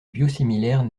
biosimilaires